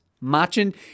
matching